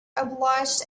obliged